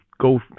go